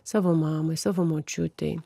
savo mamai savo močiutei